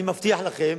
אני מבטיח לכם,